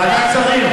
ועדת שרים.